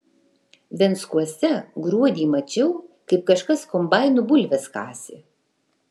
venckuose gruodį mačiau kaip kažkas kombainu bulves kasė